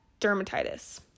dermatitis